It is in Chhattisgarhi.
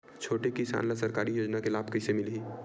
छोटे किसान ला सरकारी योजना के लाभ कइसे मिलही?